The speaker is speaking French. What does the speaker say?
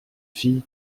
fille